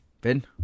Ben